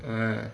mm